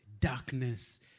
darkness